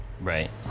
Right